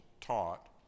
taught